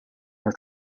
her